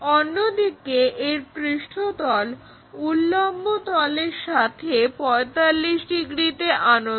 অন্যদিকে এর পৃষ্ঠতল উল্লম্ব তলের সাথে 45 ডিগ্রিতে আনত